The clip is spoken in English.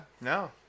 no